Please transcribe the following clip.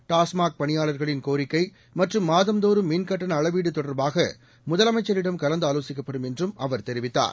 டாஸ்மாக் பணியாளர்களின் கோரிக்கை மற்றும் மாதந்தோறும் மின்கட்டண அளவீடு தொடர்பாக முதலமைச்சரிடம் கலந்து ஆலோசிக்கப்படும் என்றும் அவர் தெரிவித்தார்